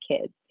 kids